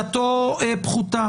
לידיעת הוועדה,